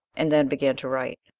and then began to write.